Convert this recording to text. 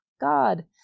God